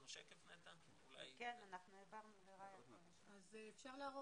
אם אפשר להראות,